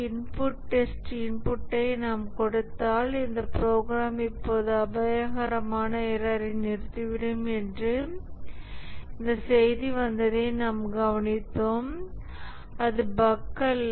input test இன்புட்டை நாம் கொடுத்தால் இந்த ப்ரோக்ராம் இப்போது அபாயகரமான எரர்ரை நிறுத்திவிடும் என்று இந்த செய்தி வந்ததை நாம் கவனித்தோம் அது பஃக் அல்ல